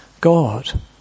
God